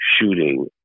shooting